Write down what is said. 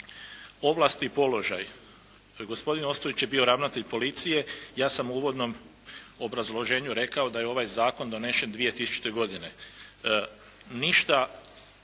Ovlasti i položaj, gospodin Ostojić je bio ravnatelj policije, ja sam u uvodnom obrazloženju rekao da je ovaj Zakon donesen 2000. godine. Ništa